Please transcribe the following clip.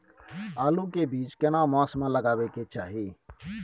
आलू के बीज केना मास में लगाबै के चाही?